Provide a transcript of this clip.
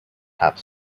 have